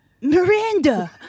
Miranda